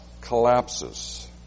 collapses